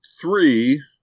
three